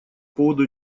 поводу